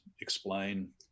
explain